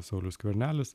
saulius skvernelis